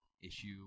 issue